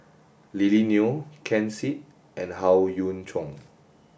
Lily Neo Ken Seet and Howe Yoon Chong